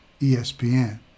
ESPN